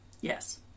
Yes